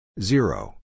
Zero